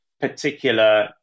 particular